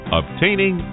obtaining